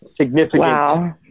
significant